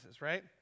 right